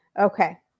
Okay